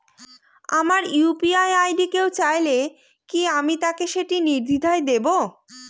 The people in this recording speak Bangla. আমার ইউ.পি.আই আই.ডি কেউ চাইলে কি আমি তাকে সেটি নির্দ্বিধায় দেব?